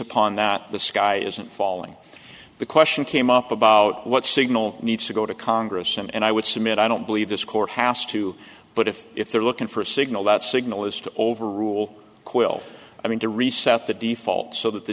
upon that the sky isn't falling the question came up about what signal needs to go to congress and i would submit i don't believe this court has to but if if they're looking for a signal that signal is to overrule quill i mean to reset the default so that the